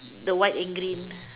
the white and green